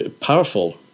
powerful